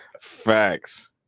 Facts